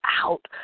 out